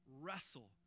wrestle